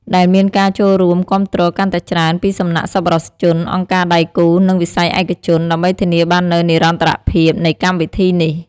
ដែលមានការចូលរួមគាំទ្រកាន់តែច្រើន ពីសំណាក់សប្បុរសជន អង្គការដៃគូ និងវិស័យឯកជន ដើម្បីធានាបាននូវនិរន្តរភាពនៃកម្មវិធីនេះ។